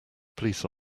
police